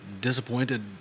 disappointed